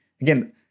Again